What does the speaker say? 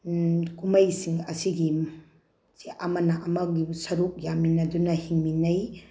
ꯀꯨꯝꯍꯩꯁꯤꯡ ꯑꯁꯤꯒꯤ ꯑꯃꯅ ꯑꯃꯒꯤꯕꯨ ꯁꯔꯨꯛ ꯌꯥꯃꯤꯟꯅꯗꯨꯅ ꯍꯤꯡꯃꯤꯟꯅꯩ